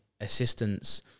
assistance